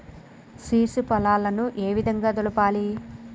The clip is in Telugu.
సీడ్స్ పొలాలను ఏ విధంగా దులపాలి?